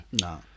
no